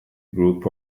group